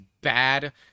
bad